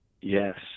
yes